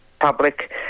public